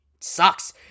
sucks